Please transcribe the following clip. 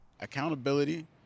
Accountability